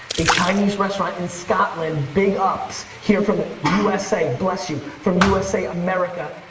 a chinese restaurant in scotland, big ups here from usa. bless you. from usa america.